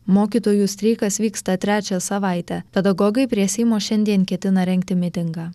mokytojų streikas vyksta trečią savaitę pedagogai prie seimo šiandien ketina rengti mitingą